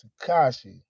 Takashi